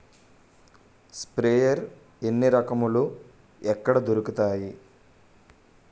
Sprayer ఎన్ని రకాలు? ఎక్కడ దొరుకుతాయి?